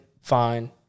fine